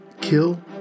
Kill